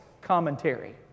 commentary